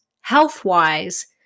health-wise